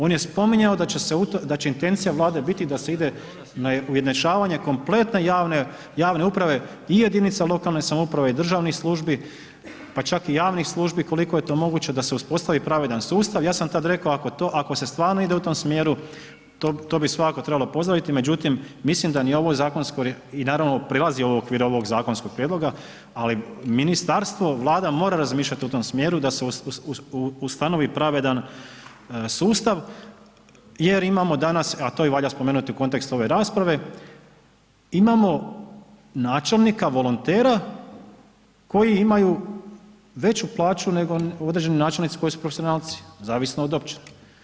On je spominjao da će intencija Vlade biti da se ide na ujednačavanje kompletne javne, javne uprave i jedinica lokalne samouprave i državnih službi, pa čak i javnih službi koliko je to moguće da se uspostavi pravedan sustav, ja sam tad rekao ako se stvarno ide u tom smjeru, to bi svakako trebalo pozdraviti, međutim, mislim da ni ovo zakonsko, i naravno prelazi ovo okvire ovog zakonskog prijedloga, ali ministarstvo, Vlada mora razmišljati u tom smjeru da se ustanovi pravedan sustav jer imamo danas, a to i valja spomenuti u kontekstu ove rasprave, imamo načelnika volontera koji imaju veću plaću nego određeni načelnici koji su profesionalci, zavisno od općine.